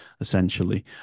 essentially